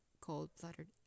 cold-blooded